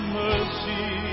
mercy